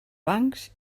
bancs